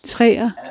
Træer